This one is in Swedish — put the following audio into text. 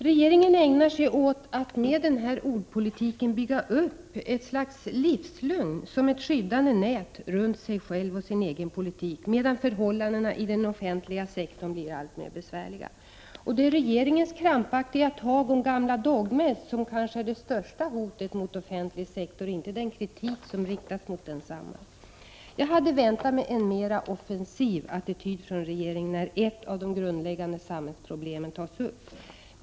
Regeringen ägnar sig åt att med sin ordpolitik bygga upp ett slags livslögn såsom ett skyddande nät runt sin egen politik, medan förhållandena i den offentliga sektorn blir alltmer besvärliga. Det är regeringens krampaktiga tag om gamla dogmer som kanske är det största hotet mot offentlig sektor, inte den kritik som riktats mot densamma. Jag hade väntat mig en mera offensiv attityd från regeringen, när ett av de grundläggande samhällsproblemen tas upp.